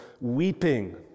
weeping